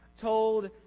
told